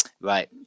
right